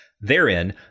Therein